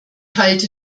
halte